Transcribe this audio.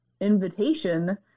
invitation